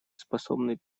способной